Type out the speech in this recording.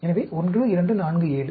எனவே 1 2 4 7